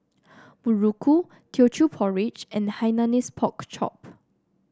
muruku Teochew Porridge and Hainanese Pork Chop